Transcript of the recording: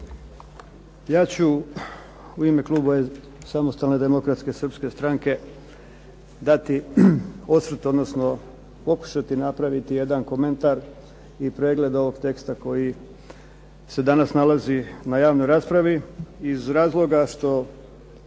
Ja ću u ime kluba Samostalne demokratske srpske stranke dati osvrt, odnosno pokušati napraviti jedan komentar i pregled ovog teksta koji se danas nalazi na javnoj raspravi, iz razloga što